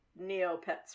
Neopets